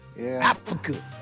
Africa